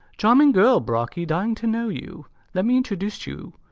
charming girl, brocky, dying to know you let me introduce you.